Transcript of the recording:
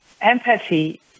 empathy